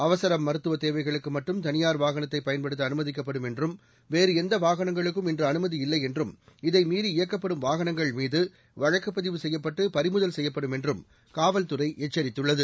அவசர மருத்துவ தேவைகளுக்கு மட்டும் தனியார் வாகனத்தை பயன்படுத்த அனுமதிக்கப்படும் என்றும் வேறு எந்த வாகனங்களுக்கும் இன்று அனுமதியில்லை என்றும் இதை மீறி இயக்கப்படும் வாகனங்கள்மீது வழக்குப் பதிவு செய்யப்பட்டு பறிமுதல் செய்யப்படும் என்றும் காவல்துறை எச்சரித்துள்ளது